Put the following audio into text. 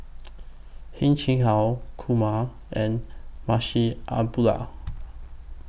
Heng Chee How Kumar and Munshi Abdullah